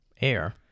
air